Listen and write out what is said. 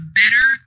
better